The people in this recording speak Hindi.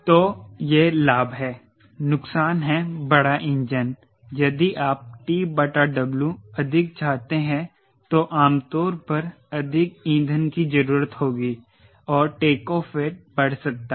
तो यह लाभ है नुकसान है बड़ा इंजन यदि आप TW अधिक चाहते हैं तो आमतौर पर अधिक ईंधन की जरूरत होगी और टेकऑफ़ वेट बढ़ सकता है